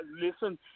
listen